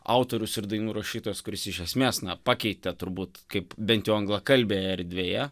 autorius ir dainų rašytojas kuris iš esmės na pakeitė turbūt kaip bent jau anglakalbėj erdvėje